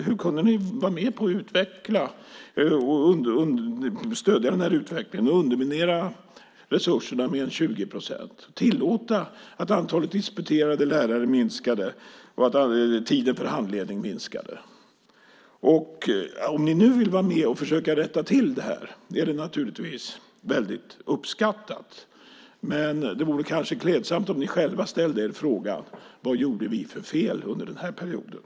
Hur kunde ni vara med på att stödja den utvecklingen och underminera resurserna med 20 procent? Hur kunde ni tillåta att antalet disputerade lärare minskade och att tiden för handledning minskade? Det är naturligtvis väldigt uppskattat om ni nu vill vara med och försöka rätta till det här, men det vore kanske klädsamt om ni själva ställde er frågan: Vad gjorde vi för fel under den här perioden?